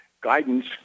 guidance